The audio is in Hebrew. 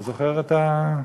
אתה זוכר את ה-?